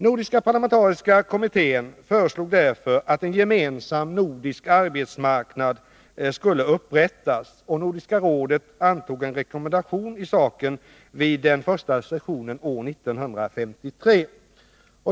Nordiska parlamentariska kommittén föreslog därför att en gemensam nordisk arbetsmarknad skulle upprättas. Nordiska rådet antog en rekommendation i saken vid den första sessionen år 1953.